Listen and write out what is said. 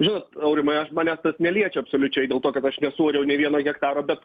žinot aurimai aš manęs tas neliečia absoliučiai dėl to kad aš nesuariau nei vieno hektaro bet